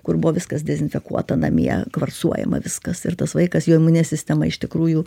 kur buvo viskas dezinfekuota namie kvarcuojama viskas ir tas vaikas jo imuninė sistema iš tikrųjų